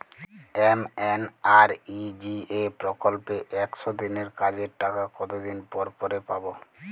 MNREGA প্রকল্পে একশ দিনের কাজের টাকা কতদিন পরে পরে পাব?